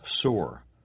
sore